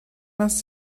است